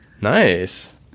Nice